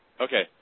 Okay